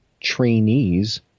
trainees